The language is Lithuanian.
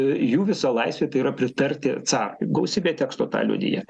jų visų laisvė tai yra pritarti carui gausybė teksto tą liudija